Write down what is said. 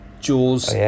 Jaws